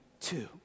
Two